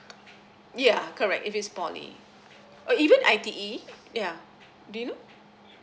yeah correct if it's poly uh even I_T_E yeah do you know